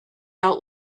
out